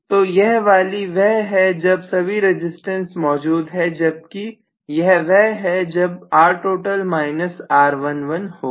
तो यह वाली वह है जब सभी रजिस्टेंस मौजूद हैं जबकि यह वह है जब Rtotal R11 होगा